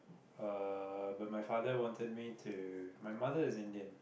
uh but my father wanted me to my mother is Indian